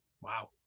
Wow